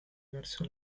verso